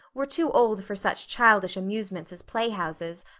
were too old for such childish amusements as playhouses,